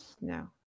No